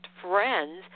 friends